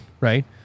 right